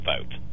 vote